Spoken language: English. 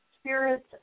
Spirits